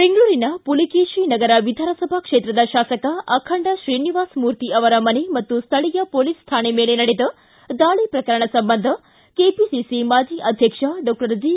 ಬೆಂಗಳೂರಿನ ಪುಲಿಕೇಶಿ ನಗರ ವಿಧಾನಸಭಾ ಕ್ಷೇತ್ರದ ಶಾಸಕ ಅಖಂಡ ಶ್ರಿನಿವಾಸಮೂರ್ತಿ ಅವರ ಮನೆ ಹಾಗೂ ಸ್ಥಳೀಯ ಪೊಲೀಸ್ ಠಾಣೆ ಮೇಲೆ ನಡೆದ ದಾಳಿ ಪ್ರಕರಣ ಸಂಬಂಧ ಕೆಪಿಸಿ ಮಾಜಿ ಅಧ್ಯಕ್ಷ ಡಾಕ್ಟರ್ ಜಿ